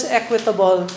equitable